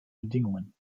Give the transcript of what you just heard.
bedingungen